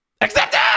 Accepted